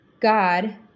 God